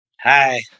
hi